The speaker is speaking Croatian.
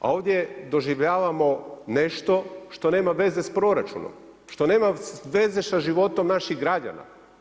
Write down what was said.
A ovdje doživljavamo nešto što nema veze sa proračunom, što nema veze sa životom naših građana.